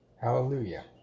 Hallelujah